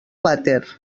vàter